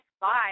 Bye